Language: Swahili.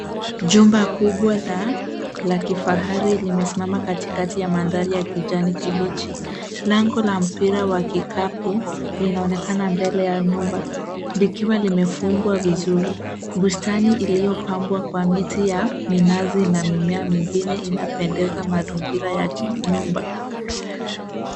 Jumba kubwa la kifahari limesimama katikati ya mandhari ya kijani kibichi. Lango la mprira wa kikapu linaonekana mbele ya nyumba likiwa limefugwa vizuri. Bustani iliyopambwa kwa mti ya minazi na mimea mingine inapendeza mazingira ya nyumba.